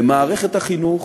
במערכת החינוך,